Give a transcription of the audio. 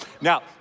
now